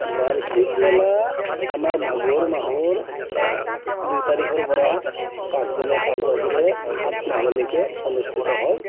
বাৰ্ষিক মেলা আমাৰ মাঘৰ মাহৰ দুই তাৰিখৰ পৰা পাঁচদিনীয়া কাৰ্যসূচীৰে সাত মাঘলৈকে অনুষ্ঠিত হয়